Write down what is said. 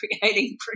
creating